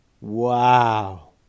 Wow